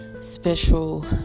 special